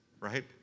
right